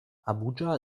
abuja